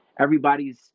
Everybody's